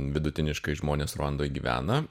vidutiniškai žmonės ruandoj gyvena